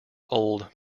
old